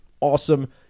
Awesome